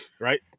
Right